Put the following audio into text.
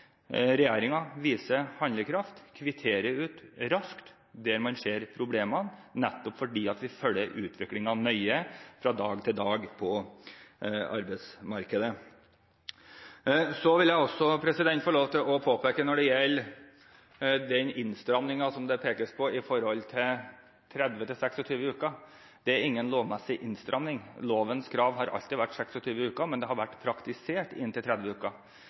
nøye fra dag til dag. Så vil jeg også få lov til å påpeke at innstrammingen som det pekes på med hensyn til 30 og 26 uker, er ingen lovmessig innstramming. Lovens krav har alltid vært 26 uker, men det har vært praktisert inntil 30 uker.